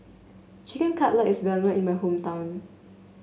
Chicken Cutlet is well known in my hometown